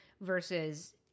Versus